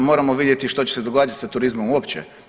A moramo vidjeti što će se događati sa turizmom uopće.